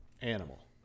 animal